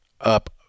up